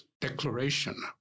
declaration